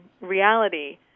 reality